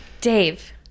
dave